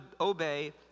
obey